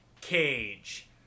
Cage